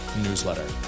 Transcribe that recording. newsletter